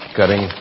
cutting